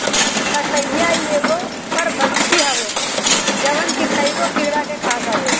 ततैया इ एगो परभक्षी हवे जवन की कईगो कीड़ा के खात हवे